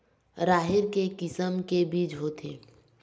राहेर के किसम के बीज होथे?